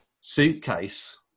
suitcase